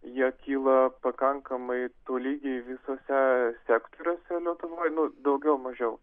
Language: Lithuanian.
jie kyla pakankamai tolygiai visuose sektoriuose lietuvoj na daugiau mažiau